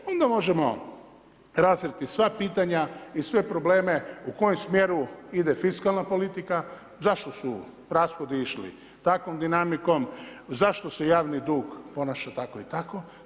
Onda možemo razviti sva pitanja i sve probleme, u kojem smjeru ide fiskalna politika, zašto su rashodi išli takvom dinamikom, zašto se javni dug ponaša tako i tako.